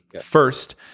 First